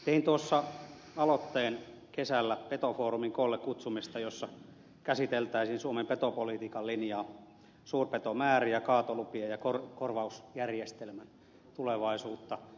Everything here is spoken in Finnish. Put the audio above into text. tein aloitteen kesällä petofoorumin koollekutsumisesta jossa käsiteltäisiin suomen petopolitiikan linjaa suurpetojen määriä kaatolupia ja korvausjärjestelmän tulevaisuutta